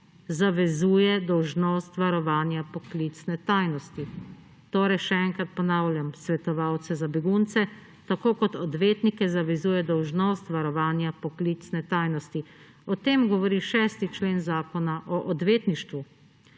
zavezuje dolžnost varovanja poklicne tajnosti. Torej še enkrat ponavljam: svetovalce za begunce tako kot odvetnike zavezuje dolžnost varovanja poklicne tajnosti. O tem govori 6. člen Zakona o odvetništvu.